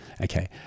okay